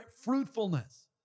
fruitfulness